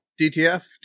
dtf